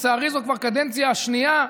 לצערי זו כבר הקדנציה השנייה,